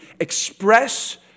express